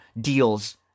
deals